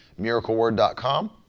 miracleword.com